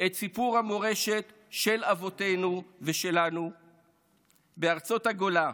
את סיפור המורשת של אבותינו ושלנו בארצות הגולה